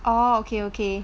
oh okay okay